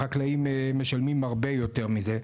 החקלאים משלמים הרבה יותר מזה.